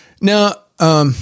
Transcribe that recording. Now